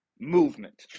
movement